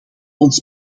ons